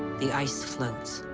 the ice floats.